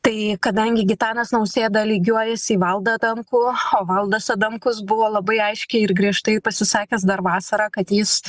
tai kadangi gitanas nausėda lygiuojasi į valdą adamkų o valdas adamkus buvo labai aiškiai ir griežtai pasisakęs dar vasarą kad jis